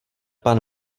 pan